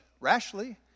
rashly